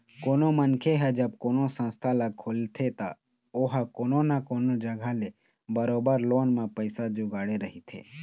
कोनो मनखे ह जब कोनो संस्था ल खोलथे त ओहा कोनो न कोनो जघा ले बरोबर लोन म पइसा जुगाड़े रहिथे